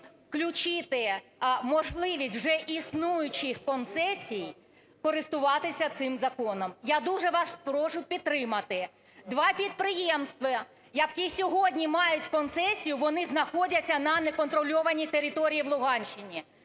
включити можливість вже існуючих концесій користуватися цим законом. Я дуже вас прошу підтримати. Два підприємства, які сьогодні мають концесію, вони знаходяться на неконтрольованій території в Луганщині.